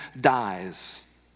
dies